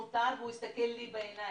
מותר' והוא יסתכל לי בעיניים.